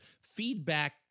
feedback